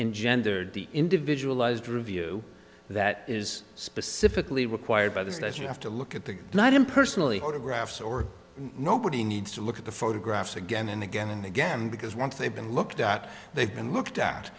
engender the individual is to review that is specifically required by this that you have to look at the not impersonally autographs or nobody needs to look at the photographs again and again and again because once they've been looked at they've been looked at